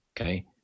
Okay